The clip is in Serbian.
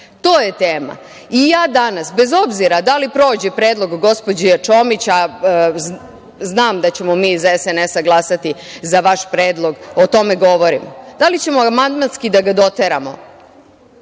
To je tema. I ja danas, bez obzira da li prođe predlog gospođe Čomić, a znam da ćemo mi iz SNS glasati za vaš predlog, o tome govorimo, da li ćemo amandmanski da ga doteramo,